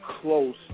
close